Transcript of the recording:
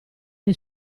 dei